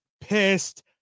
pissed